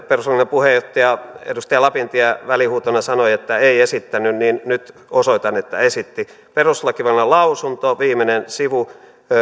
puheenjohtaja edustaja lapintie välihuutona sanoi että ei esittänyt niin nyt osoitan että esitti perustuslakivaliokunnan lausunto viimeinen sivu